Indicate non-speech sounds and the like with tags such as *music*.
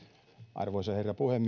arvoisa herra puhemies *unintelligible*